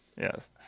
Yes